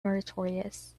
meritorious